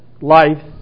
life